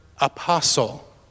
apostle